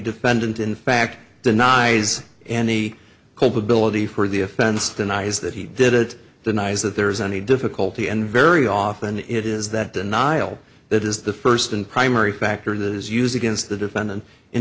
defendant in fact denies any culpability for the offense denies that he did it denies that there is any difficulty and very often it is that denial that is the first and primary factor that is used against the defendant in